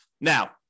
Now